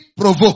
provoke